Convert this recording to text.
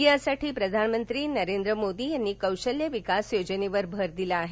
यासाठी प्रधानमंत्री नरेंद्र मोदी यांनी कौशल्य विकास योजनेवर भर दिला आहे